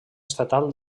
estatal